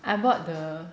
I bought the